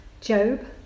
Job